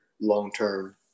long-term